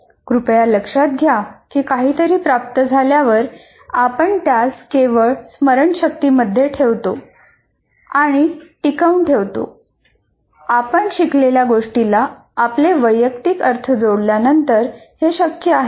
कृपया लक्षात घ्या की काहीतरी प्राप्त झाल्यावर आपण त्यास केवळ स्मरणशक्तीमध्ये ठेवतो आणि टिकवून ठेवतो आपण शिकलेल्या गोष्टीला आपले वैयक्तिक अर्थ जोडल्यानंतर हे शक्य आहे